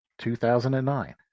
2009